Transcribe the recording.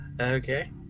okay